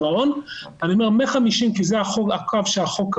אני ממליץ שיהיה פיקוח נוסף על הלוואות חוץ בנקאיות שהן אסון.